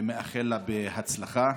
ומאחל לה הצלחה.